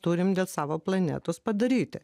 turim dėl savo planetos padaryti